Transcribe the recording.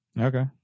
Okay